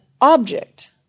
object